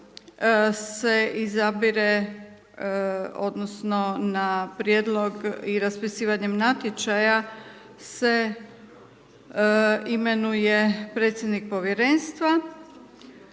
se izabire odnosno na prijedlog i raspisivanjem natječaja se imenuje predsjednik Povjerenstva